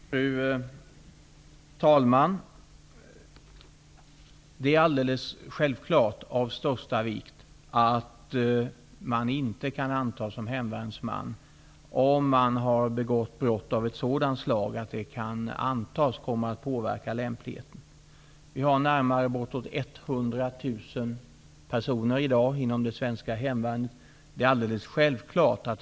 Fru talman! Det är alldeles självklart av största vikt att man inte kan antas som hemvärnsman, om man har begått brott av ett sådant slag att det kan antas komma att påverka lämpligheten. Det finns närmare 100 000 personer i dag inom det svenska hemvärnet.